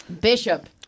Bishop